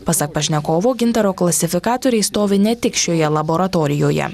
pasak pašnekovo gintaro klasifikatoriai stovi ne tik šioje laboratorijoje